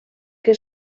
que